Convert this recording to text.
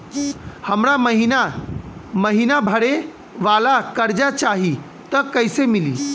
हमरा महिना महीना भरे वाला कर्जा चाही त कईसे मिली?